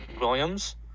williams